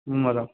ଗ୍ରୁମର